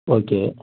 okay